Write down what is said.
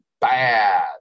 bad